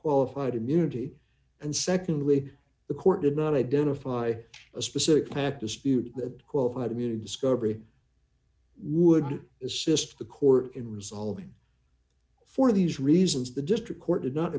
qualified immunity and secondly the court did not identify a specific clapp dispute that qualified immunity discovery would assist the court in resolving for these reasons the district court did not